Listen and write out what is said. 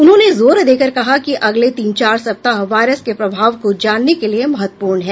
उन्होंने जोर देकर कहा कि अगले तीन चार सप्ताह वायरस के प्रभाव को जानने के लिए महत्वपूर्ण हैं